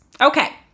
okay